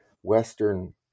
Western